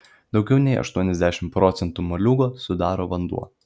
daugiau nei aštuoniasdešimt procentų moliūgo sudaro vanduo